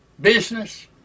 Business